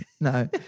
No